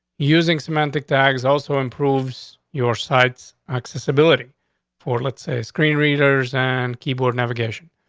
using semantic tags also improves your sights. accessibility for, let's say, screen readers and keyboard navigation.